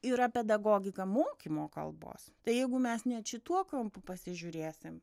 yra pedagogika mokymo kalbos tai jeigu mes net šituo kampu pasižiūrėsim